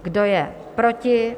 Kdo je proti?